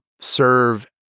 serve